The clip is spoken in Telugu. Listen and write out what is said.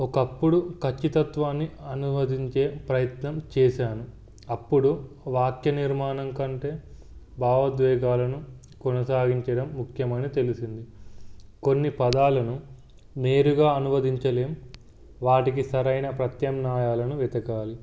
ఒకప్పుడు ఖచ్చితత్వాన్ని అనువదించే ప్రయత్నం చేశాను అప్పుడు వాక్యనిర్మాణం కంటే భావోద్వేగాలను కొనసాగించడం ముఖ్యమైన తెలిసింది కొన్ని పదాలను మేరుగా అనువదించలేం వాటికి సరైన ప్రత్యామ్నాయాలను వెతకాలి